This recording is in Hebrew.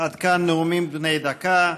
עד כאן נאומים בני דקה.